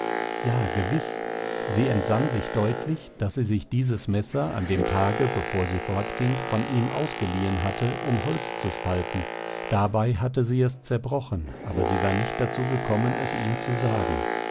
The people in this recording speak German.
ja gewiß sie entsann sich deutlich daß sie sich dieses messer an dem tage bevor sie fortging von ihm ausgeliehen hatte um holz zu spalten dabei hatte sie es zerbrochen aber sie war nicht dazu gekommen es ihm zu sagen